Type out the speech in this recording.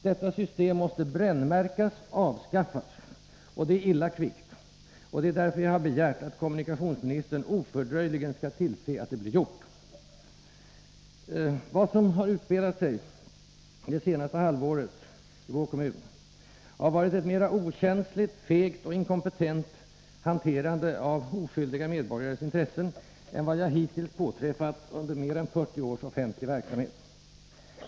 Detta system måste brännmärkas och avskaffas — och det illa kvickt. Det är därför jag har begärt att kommunikationsministern ofördröjligen skall tillse att det blir gjort. Vad som har utspelat sig det senaste halvåret i vår kommun har varit ett mera okänsligt, fegt och inkompetent hanterande av oskyldiga medborgares intressen än vad jag hittills påträffat under mer än 40 års offentlig verksamhet.